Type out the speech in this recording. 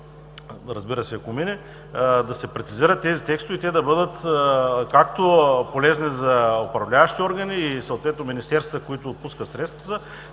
разбира се, ако мине, да се прецизират тези текстове и те да бъдат полезни както за управляващите органи, и съответно министерствата, които отпускат средствата,